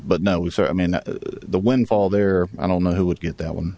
but now with the windfall there i don't know who would get that one